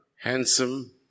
handsome